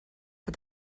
for